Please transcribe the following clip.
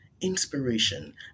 Inspiration